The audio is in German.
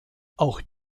auch